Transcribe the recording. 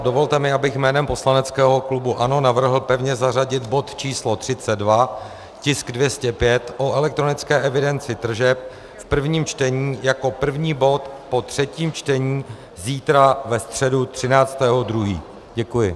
Dovolte mi, abych jménem poslaneckého klubu ANO navrhl pevně zařadit bod č. 32, tisk 205 o elektronické evidenci tržeb v prvním čtení, jako první bod po třetím čtení zítra, ve středu 13. 2. Děkuji.